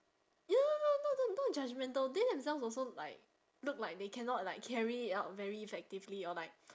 no no no no not judgemental they themselves also like look like they cannot like carry it out very effectively or like